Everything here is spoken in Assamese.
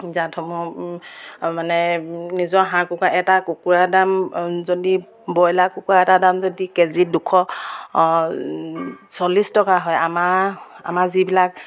জাতসমূহ মানে নিজৰ হাঁহ কুকুৰা এটা কুকুৰাৰ দাম যদি ব্ৰইলাৰ কুকুৰা এটা দাম যদি কেজিত দুশ চল্লিছ টকা হয় আমাৰ আমাৰ যিবিলাক